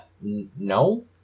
no